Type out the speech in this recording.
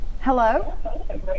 Hello